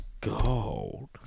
Gold